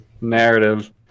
narrative